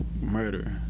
murder